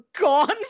gone